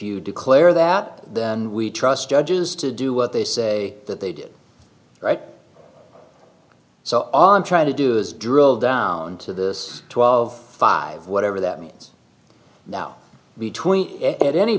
you declare that then we trust judges to do what they say that they did right so on trying to do is drill down to this twelve five whatever that means now between it at any